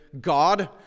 God